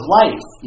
life